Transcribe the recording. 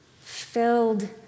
filled